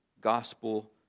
gospel